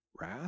wrath